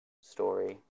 Story